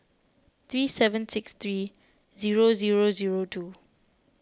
three seven six three zero zero zero two